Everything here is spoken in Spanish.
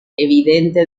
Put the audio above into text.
evidente